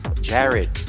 Jared